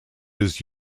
his